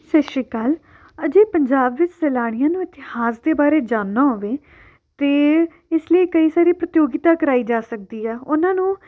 ਸਤਿ ਸ਼੍ਰੀ ਅਕਾਲ ਅਜੇ ਪੰਜਾਬ ਵਿੱਚ ਸੈਲਾਨੀਆਂ ਨੂੰ ਇਤਿਹਾਸ ਦੇ ਬਾਰੇ ਜਾਣਨਾ ਹੋਵੇ ਤਾਂ ਇਸ ਲਈ ਕਈ ਸਾਰੀ ਪ੍ਰਤਿਯੋਗਿਤਾ ਕਰਾਈ ਜਾ ਸਕਦੀ ਆ ਉਹਨਾਂ ਨੂੰ